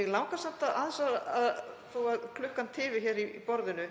Mig langar samt aðeins, þó að klukkan tifi hér í borðinu,